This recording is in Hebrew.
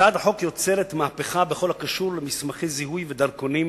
הצעת החוק יוצרת מהפכה בכל הקשור למסמכי זיהוי ודרכונים,